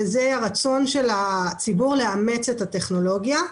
וזה הרצון של הציבור לאמץ את הטכנולוגיה.